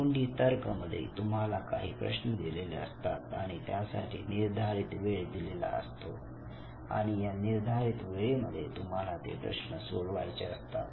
तोंडी तर्कमध्ये तुम्हाला काही प्रश्न दिलेले असतात आणि त्यासाठी निर्धारित वेळ दिलेली असते आणि या निर्धारित वेळेमध्ये तुम्हाला ते प्रश्न सोडवायचे असतात